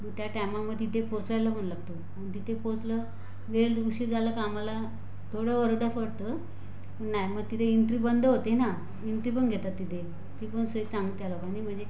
मग त्या टायमामध्ये ते पोचायला पण लागतो आणि तिथे पोचलं वेळ उशीर झाला का आम्हांला थोडं ओरडा पडतो नाही मग तिथे एन्ट्री बंद होते ना एन्ट्री पण घेतात तिथे तिकडून सगळे चांग त्या लोकांनी म्हणजे